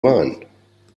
wein